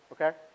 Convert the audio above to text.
Okay